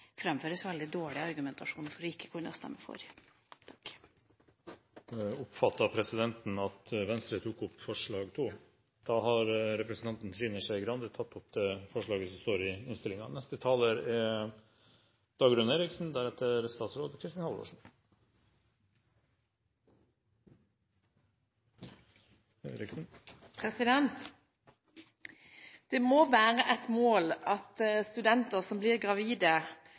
framføres veldig dårlig argumentasjon for at man ikke kan stemme for. Jeg tar opp forslag nr. 2. Representanten Trine Skei Grande har tatt opp det forslaget hun refererte til. Det må være et mål at studenter som blir gravide,